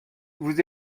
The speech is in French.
vous